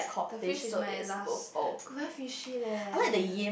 the fish is my last very fishy leh